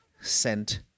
sent